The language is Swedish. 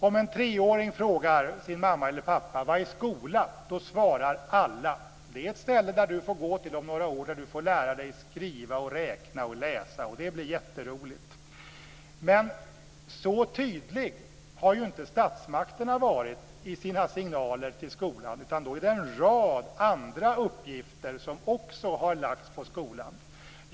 Om en treåring frågar sin mamma eller pappa: Vad är skolan?, svarar alla: Det är ett ställe som du får gå till om några år där du får lära dig skriva, räkna och läsa, och det blir jätteroligt. Men så tydliga har ju inte statsmakterna varit i sina signaler till skolan, utan en rad andra uppgifter har också lagts på skolan.